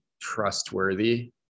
trustworthy